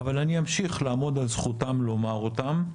אבל אני אמשיך לעמוד על זכותם לומר אותם,